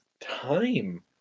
time